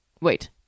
wait